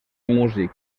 músic